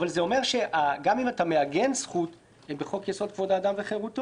אבל זה אומר שגם אם אתה מעגן זכות בחוק יסוד: כבוד האדם וחירותו,